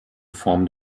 form